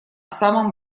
самом